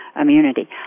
immunity